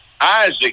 Isaac